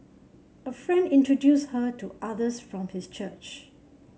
a friend introduced her to others from his church